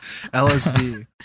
LSD